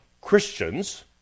Christians